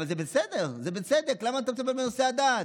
אבל זה בסדר, זה בצדק, למה אתה מטפל בנושא הדת?